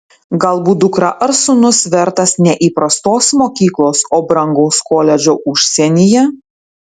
galbūt dukra ar sūnus vertas ne įprastos mokyklos o brangaus koledžo užsienyje